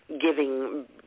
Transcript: giving